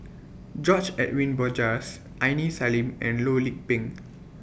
George Edwin Bogaars Aini Salim and Loh Lik Peng